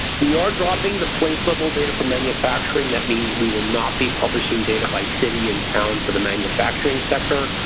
we are dropping the place level data for manufacturing. that means we will not be publishing data by city and town for the manufacturing sector.